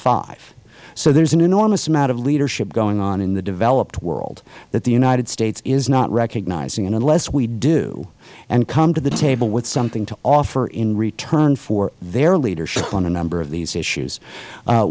five so there is an enormous amount of leadership going on in the developed world that the united states is not recognizing and unless we do and come to the table with something to offer in return for their leadership on a number of these issues